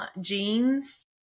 jeans